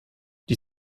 die